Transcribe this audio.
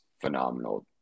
phenomenal